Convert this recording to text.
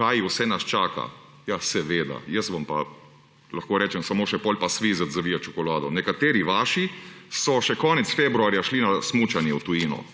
kaj vse nas čaka«. Ja seveda, jaz vam pa lahko rečem samo še, potem pa svizec zavije čokolado. Nekateri vaši so še konec februarja šli na smučanje v tujino